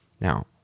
Now